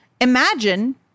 imagine